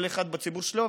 כל אחד בציבור שלו,